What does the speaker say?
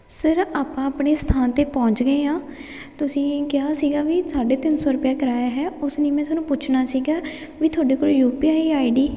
sir ਆਪਾਂ ਆਪਣੇ ਸਥਾਨ 'ਤੇ ਪਹੁੰਚ ਗਏ ਹਾਂ ਤੁਸੀਂ ਕਿਹਾ ਸੀਗਾ ਵੀ ਸਾਢੇ ਤਿੰਨ ਸੌ ਰੁਪਇਆ ਕਰਾਇਆ ਹੈ ਉਸ ਲਈ ਮੈਂ ਤੁਹਾਨੂੰ ਪੁੱਛਣਾ ਸੀਗਾ ਵੀ ਤੁਹਾਡੇ ਕੋਲ ਯੂਪੀਆਈ ਆਈਡੀ